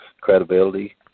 credibility